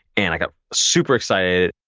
and i got super excited.